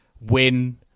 win